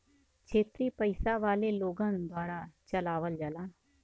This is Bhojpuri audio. क्षेत्रिय पइसा वाले लोगन द्वारा चलावल जाला